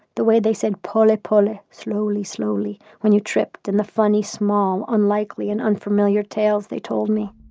the way they said pole, ah pole ah slowly-slowly, when you tripped, and the funny small unlikely and unfamiliar tales they told me